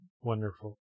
Wonderful